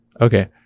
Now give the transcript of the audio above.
okay